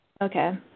Okay